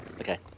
Okay